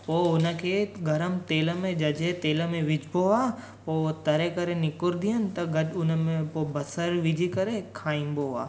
पोइ उन खे गरम तेल में जझे तेल में विझिबो आहे पोइ तरे करे निकिरंदियूं आहिनि त घटि उन में पोइ बसरु विझी करे खाइबो आहे